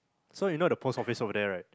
so you know the post office over there right